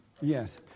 yes